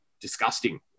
disgusting